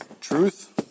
Truth